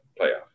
playoff